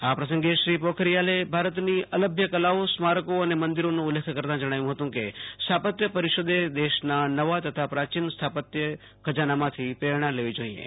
આ પ્રસંગે શ્રી પોખરીયાલે ભારતની અલભ્ય કલાઓ સ્મારકો અને મંદિરોનો ઉલ્લેખ કરતાં જણાવ્યું હતું કે સ્થાપત્ય પરિષદે દેશના નવા તથા પ્રાચિન સ્થાપત્ય ખજાનામાંથી પ્રેરણા લેવી જોઈએ